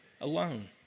alone